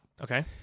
Okay